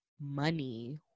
money